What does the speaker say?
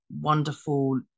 wonderful